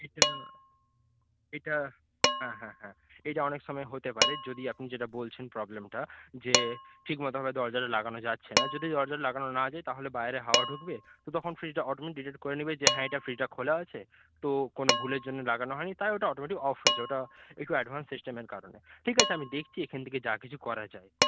এইটা এইটা হ্যাঁ হ্যাঁ হ্যাঁ এইটা অনেক সময় হতে পারে যদি যেটা আপনি যেটা বলছেন প্রবলেমটা যে ঠিকমতোভাবে দরজাটা লাগানো যাচ্ছে না যদি দরজাটা লাগানো না যায় তাহলে বাইরে হাওয়া ঢুকবে তো তখন ফ্রিজটা অটোমেটিক ডিটেক্ট করে নেবে যে হ্যাঁ এটা ফ্রিজটা খোলা আছে তো কোনো ভুলের জন্য লাগানো হয়নি তাই ওটা অটোমেটিক অফ হয়ে যায় ওইটা একটু অ্যাডভান্স সিস্টেমের কারণে ঠিক আছে আমি দেখছি এখান থেকে যা কিছু করা যায়